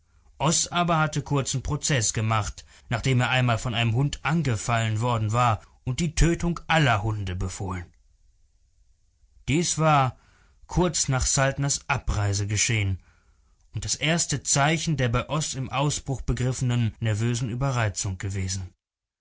aber hatte kurzen prozeß gemacht nachdem er einmal von einem hund angefallen worden war und die tötung aller hunde befohlen dies war kurz nach saltners abreise geschehen und das erste zeichen der bei oß im ausbruch begriffenen nervösen überreizung gewesen